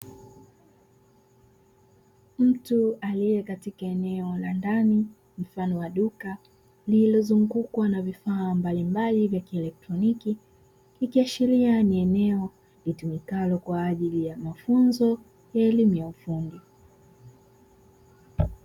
Mtu aliye katika eneo la ndani mfano wa duka lililozungukwa na vifaa mbalimbali vya kielektroniki, ikiashiria ni eneo litumikalo kwa ajili ya mafunzo ya elimu ya ufundi.